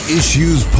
Issues